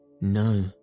No